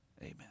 Amen